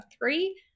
three